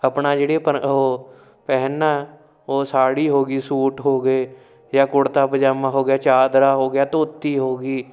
ਆਪਣਾ ਜਿਹੜੇ ਅਪਣ ਉਹ ਪਹਿਨਣਾ ਉਹ ਸਾੜੀ ਹੋ ਗਈ ਸੂਟ ਹੋ ਗਏ ਜਾਂ ਕੁੜਤਾ ਪਜਾਮਾ ਹੋ ਗਿਆ ਚਾਦਰਾ ਹੋ ਗਿਆ ਧੋਤੀ ਹੋ ਗਈ